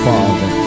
Father